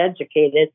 educated